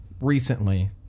recently